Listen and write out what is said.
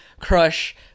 crush